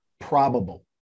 probable